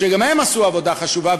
שגם הם עשו עבודה חשובה,